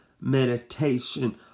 meditation